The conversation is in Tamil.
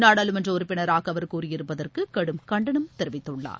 நாடாளுமன்றஉறுப்பினராகஅவர் கூறியிருப்பதற்குகடும் கண்டனம் தெரிவித்துள்ளார்